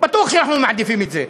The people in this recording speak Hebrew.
בטוח שאנחנו מעדיפים את זה,